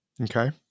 okay